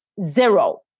zero